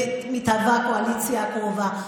כקואליציה הקרובה.